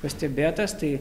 pastebėtas tai